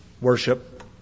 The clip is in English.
worship